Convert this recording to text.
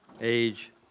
age